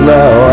now